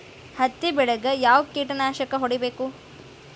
ಹತ್ತಿ ಬೆಳೇಗ್ ಯಾವ್ ಕೇಟನಾಶಕ ಹೋಡಿಬೇಕು?